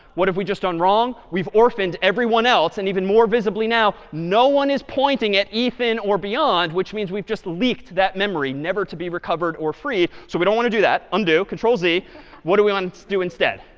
what have we just done wrong? we've orphaned everyone else. and even more visibly now, no one is pointing at ethan or beyond, which means we've just leaked that memory, never to be recovered or free. so we don't want to do that. undo, control-z. what do we want to do instead?